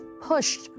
pushed